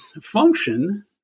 function